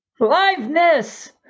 Liveness